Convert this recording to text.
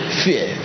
fear